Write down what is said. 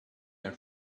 her